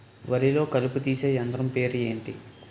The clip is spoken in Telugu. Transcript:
వరి లొ కలుపు తీసే యంత్రం పేరు ఎంటి?